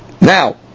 Now